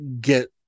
get